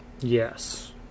Yes